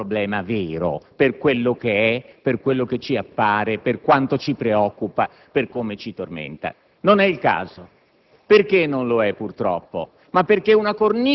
tra persone politicamente responsabili, come di un problema vero, per quello che è, per quello che ci appare, per quanto ci preoccupa e ci tormenta! Non è il caso.